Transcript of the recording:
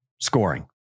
scoring